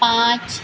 पाँच